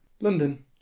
London